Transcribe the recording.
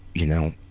y'know,